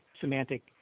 semantic